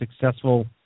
successful